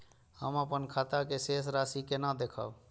हम अपन खाता के शेष राशि केना देखब?